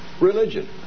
religion